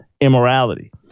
immorality